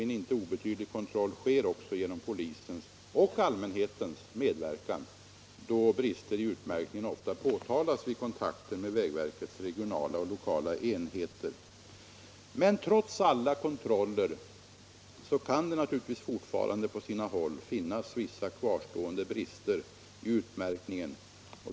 En inte obetydlig kontroll sker också genom polisens och allmänhetens medverkan, då brister i utmärkningen ofta påtalas vid kontakter med vägverkets regionala och lokala enheter. Trots alla kontroller kan det naturligtvis fortfarande på sina håll finnas vissa kvarstående brister i utmärkningen.